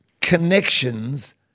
Connections